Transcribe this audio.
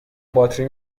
باطری